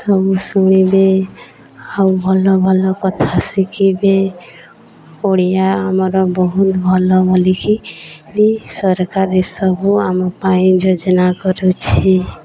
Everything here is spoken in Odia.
ସବୁ ଶୁଣିବେ ଆଉ ଭଲ ଭଲ କଥା ଶିଖିବେ ଓଡ଼ିଆ ଆମର ବହୁତ ଭଲ ବୋଲିକି ବି ସରକାର ଏ ସବୁ ଆମ ପାଇଁ ଯୋଜନା କରୁଛି